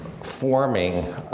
forming